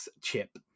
chip